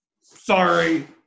Sorry